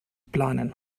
planen